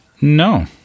No